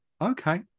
Okay